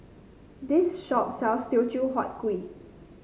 this shop sells Teochew Huat Kuih